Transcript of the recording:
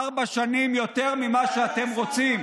ארבע שנים יותר ממה שאתם רוצים,